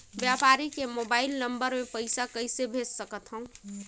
व्यापारी के mobile number मे पईसा कइसे भेज सकथव?